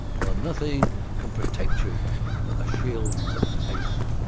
for nothing can protect you but the shield of faith.